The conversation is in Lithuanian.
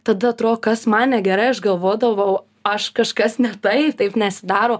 tada atro kas man negerai aš galvodavau aš kažkas ne tai taip nesidaro